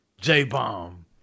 J-Bomb